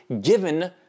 given